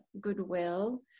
goodwill